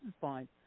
fine